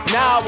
Now